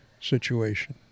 situation